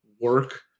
work